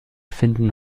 finden